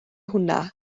hwnna